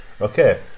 Okay